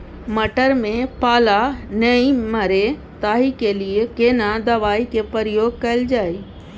मटर में पाला नैय मरे ताहि के लिए केना दवाई के प्रयोग कैल जाए?